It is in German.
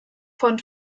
von